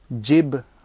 Jib